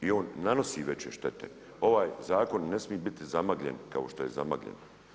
I on nanosi veće štete, ovaj zakon ne smije biti zamagljen kao što je zamagljen.